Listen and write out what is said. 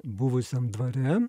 buvusiam dvare